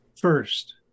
first